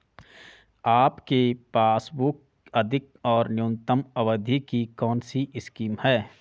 आपके पासबुक अधिक और न्यूनतम अवधि की कौनसी स्कीम है?